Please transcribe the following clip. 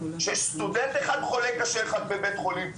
שסטודנט אחד חולה קשה אחד בבית חולים,